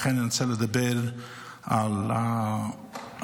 לכן אני רוצה לדבר על המתנדבים,